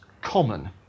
common